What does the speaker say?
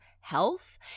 health